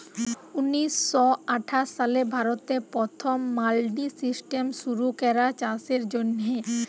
উনিশ শ আঠাশ সালে ভারতে পথম মাল্ডি সিস্টেম শুরু ক্যরা চাষের জ্যনহে